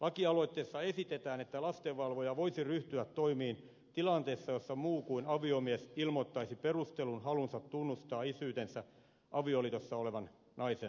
lakialoitteessa esitetään että lastenvalvoja voisi ryhtyä toimiin tilanteessa jossa muu kuin aviomies ilmoittaisi perustellun halunsa tunnustaa isyytensä avioliitossa olevan naisen lapseen